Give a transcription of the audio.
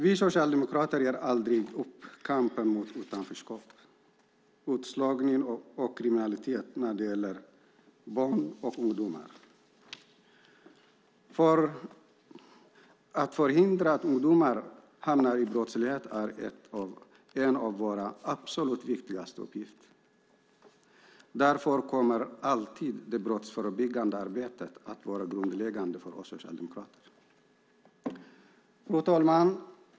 Vi socialdemokrater ger aldrig upp kampen mot utanförskap, utslagning och kriminalitet när det gäller barn och ungdomar. Att förhindra att ungdomar hamnar i brottslighet är en av våra absolut viktigaste uppgifter. Därför kommer alltid det brottsförebyggande arbetet att vara grundläggande för oss socialdemokrater. Fru talman!